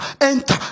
enter